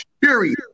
period